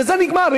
בזה זה נגמר.